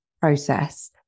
process